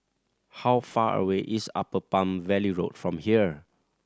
how far away is Upper Palm Valley Road from here